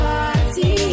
Party